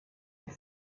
und